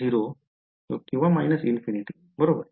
बरोबर